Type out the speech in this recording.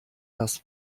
das